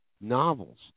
novels